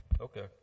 Okay